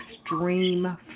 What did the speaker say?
extreme